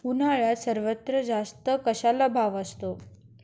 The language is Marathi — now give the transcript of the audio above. उन्हाळ्यात सर्वात जास्त कशाला भाव असतो?